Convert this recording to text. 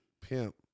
Pimp